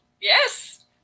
Yes